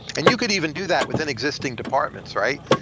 and you could even do that within existing departments, right?